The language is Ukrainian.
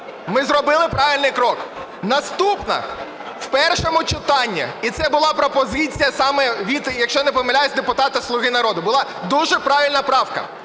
ми зробили правильний крок. Наступна, в першому читанні і це була пропозиція від, (якщо я не помиляюсь) депутата "Слуги народу" була дуже правильна правка.